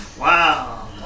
Wow